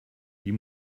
die